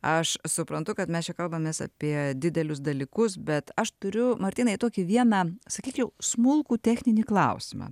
aš suprantu kad mes čia kalbamės apie didelius dalykus bet aš turiu martynai tokį vieną sakyčiau smulkų techninį klausimą